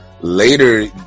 later